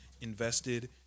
invested